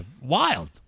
wild